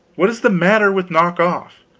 what is the matter with knock off?